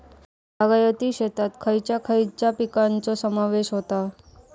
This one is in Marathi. बागायती शेतात खयच्या खयच्या पिकांचो समावेश होता?